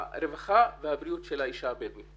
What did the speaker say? הרווחה והבריאות של האישה הבדואית.